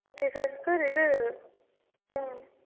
okay sir sir இது ம்